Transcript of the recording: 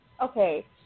okay